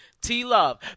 T-Love